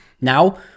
Now